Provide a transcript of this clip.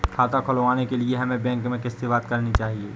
खाता खुलवाने के लिए हमें बैंक में किससे बात करनी चाहिए?